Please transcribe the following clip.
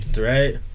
right